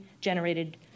generated